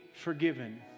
forgiven